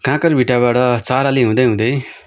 काँकरभिट्टाबाट चाराली हुँदै हुँदै